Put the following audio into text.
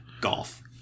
Golf